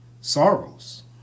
sorrows